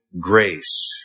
Grace